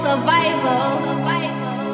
Survival